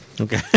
Okay